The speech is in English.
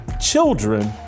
children